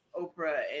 Oprah